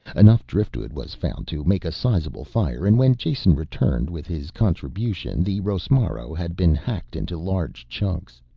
enough driftwood was found to make a sizable fire, and when jason returned with his contribution the rosmaro had been hacked into large chunks.